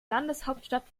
landeshauptstadt